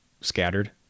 scattered